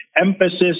emphasis